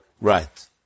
Right